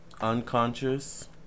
Unconscious